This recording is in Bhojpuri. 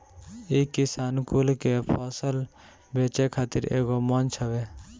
इ किसान कुल के फसल बेचे खातिर एगो मंच हवे